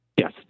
Yes